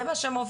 זה מה שמוביל.